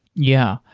yeah.